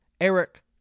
Eric